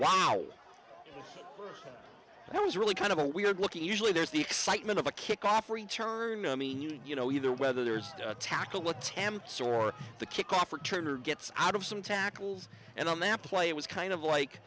wow that was really kind of a weird looking usually there's the excitement of a kickoff return i mean you know either whether there's a tackle what temps or the kickoff return or gets out of some tackles and on that play it was kind of like